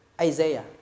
Isaiah